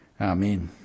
Amen